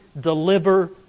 deliver